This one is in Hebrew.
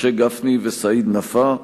משה גפני סעיד נפאע.